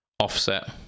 offset